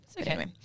Okay